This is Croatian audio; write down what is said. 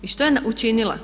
I što je učinila?